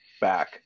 back